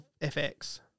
FX